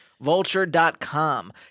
Vulture.com